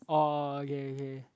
oh okay okay